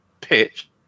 pitch